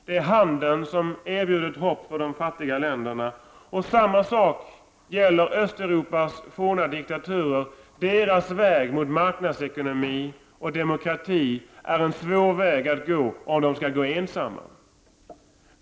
Det är handeln som erbjuder ett hopp för de fattiga länderna. Samma sak gäller Östeuropas forna diktaturer. Deras väg mot marknadsekonomi och demokrati är en svår väg att gå om de skall gå ensamma.